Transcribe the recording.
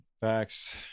Facts